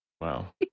Wow